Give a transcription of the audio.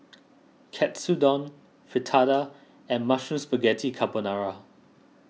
Katsudon Fritada and Mushroom Spaghetti Carbonara